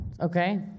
Okay